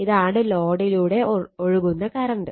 ഇതാണ് ലോഡിലൂടെ ഒഴുകുന്ന കറണ്ട്